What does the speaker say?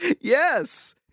Yes